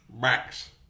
Max